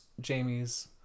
Jamie's